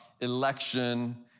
election